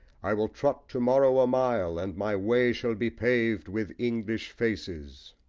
i will trot to-morrow a mile, and my way shall be paved with english faces.